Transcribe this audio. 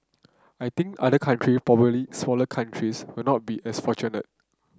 I think other country particularly smaller countries will not be as fortunate